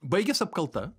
baigės apkalta